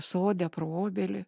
sode pro obelį